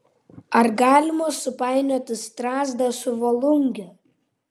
ar galima supainioti strazdą su volunge